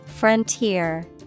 Frontier